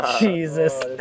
Jesus